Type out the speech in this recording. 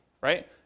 right